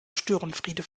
störenfriede